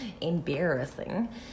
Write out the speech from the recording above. embarrassing